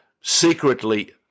secretly